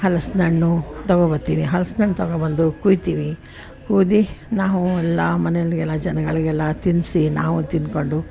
ಹಲ್ಸಿನಣ್ಣು ತೊಗೋಬತ್ತಿನಿ ಹಲ್ಸಿನಣ್ಣು ತೊಗೋಬಂದು ಕುಯ್ತೀವಿ ಕುಯ್ದು ನಾವು ಎಲ್ಲ ಮನೆಯಲ್ಲಿ ಎಲ್ಲ ಜನಗಳಿಗೆಲ್ಲ ತಿನ್ನಿಸಿ ನಾವು ತಿನ್ಕೊಂಡು